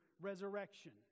resurrection